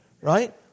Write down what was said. right